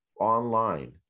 online